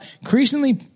increasingly